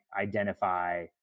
identify